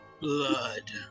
blood